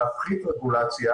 להפחית רגולציה.